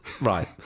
Right